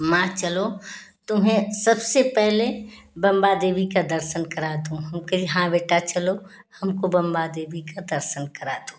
माँ चलो तुम्हें सबसे पहले बंबा देवी का दर्शन करा दूँ हम कहे हाँ बेटा चलो हमको बंबा देवी का दर्शन करा दो